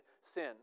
sin